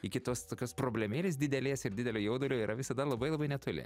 iki tos tokios problemėlės didelės ir didelio jaudulio yra visada labai labai netoli